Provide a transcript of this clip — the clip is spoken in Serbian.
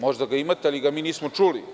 Možda ga imate, ali ga mi nismo čuli.